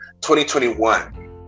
2021